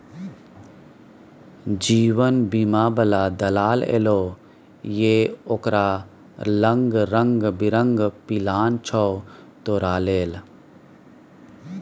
जीवन बीमा बला दलाल एलौ ये ओकरा लंग रंग बिरंग पिलान छौ तोरा लेल